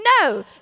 No